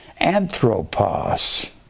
anthropos